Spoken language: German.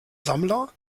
sammler